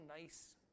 nice